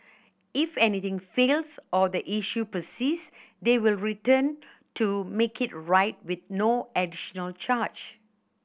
if anything fails or the issue persists they will return to make it right with no additional charge